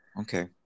Okay